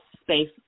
space